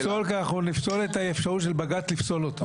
הוא לא יפסול כי אנחנו נפסול את האפשרות של בג"צ לפסול אותו.